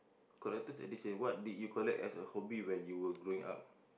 collector's edition what did you collect as a hobby while you were growing up